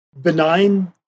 benign